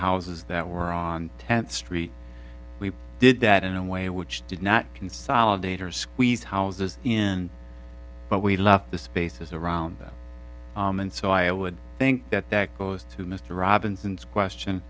houses that were on tenth street we did that in a way which did not consolidators squeeze houses in but we left the spaces around them and so i would think that that goes to mr robinson's question